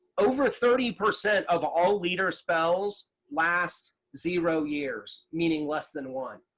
over thirty percent of all leader spells last zero years. meaning less than one.